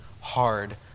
hard